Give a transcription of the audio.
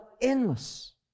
endless